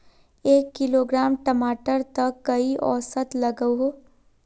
एक किलोग्राम टमाटर त कई औसत लागोहो?